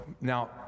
Now